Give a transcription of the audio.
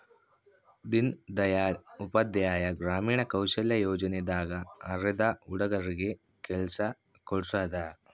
ದೀನ್ ದಯಾಳ್ ಉಪಾಧ್ಯಾಯ ಗ್ರಾಮೀಣ ಕೌಶಲ್ಯ ಯೋಜನೆ ದಾಗ ಅರೆದ ಹುಡಗರಿಗೆ ಕೆಲ್ಸ ಕೋಡ್ಸೋದ